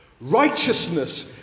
Righteousness